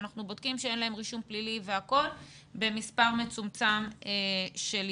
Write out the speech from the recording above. אנחנו בודקים שאין להם רישום פלילי ואת מה שצריך במספר מצומצם של ימים.